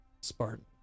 Spartan